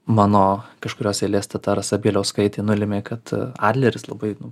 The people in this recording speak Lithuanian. mano kažkurios eilės teta rasa bieliauskaitė nulėmė kad adleris labai